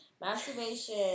masturbation